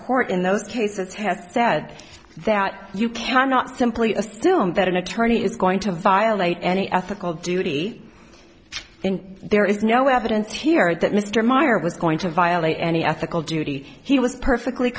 court in those cases has said that you cannot simply assume that an attorney is going to violate any ethical duty and there is no evidence here that mr meyer was going to violate any ethical duty he was perfectly